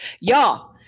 y'all